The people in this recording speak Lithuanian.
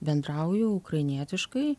bendrauju ukrainietiškai